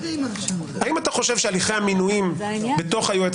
האם אתה חושב שהליכי המינויים בתוך היועץ